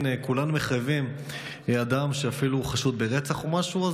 כולם מחייבים אדם שאפילו חשוד ברצח או משהו,